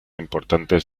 importantes